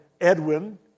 Edwin